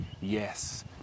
Yes